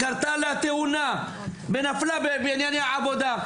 קרתה לה תאונה ונפלה בענייני עבודה.